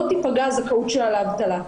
לא תיפגע הזכאות שלה לאבטלה.